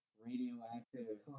radioactive